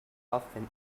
often